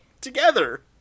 together